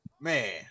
man